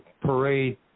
parade